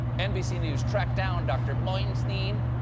nbc news tracked down dr. bornstein,